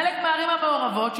בחלק מהערים המעורבות,